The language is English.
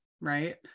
right